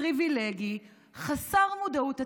פריבילגי, חסר מודעות עצמית,